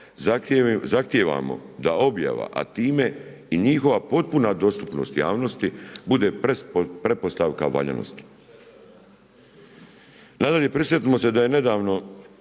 zahtijevamo da objava a time i njihova postupna dostupnost javnosti bude pretpostavka valjanosti. Nadalje, prisjetimo se da je nedavno